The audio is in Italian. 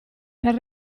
per